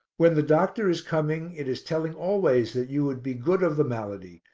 when the doctor is coming it is telling always that you would be good of the malady,